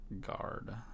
Guard